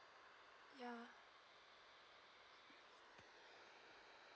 ya